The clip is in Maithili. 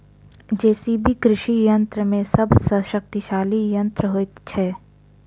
जे.सी.बी कृषि यंत्र मे सभ सॅ शक्तिशाली यंत्र होइत छै